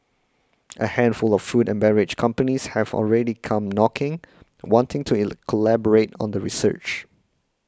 a handful of food and beverage companies have already come knocking wanting to collaborate on the research